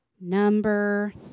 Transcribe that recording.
Number